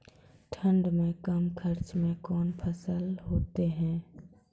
ठंड मे कम खर्च मे कौन फसल होते हैं?